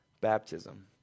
baptism